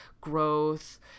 growth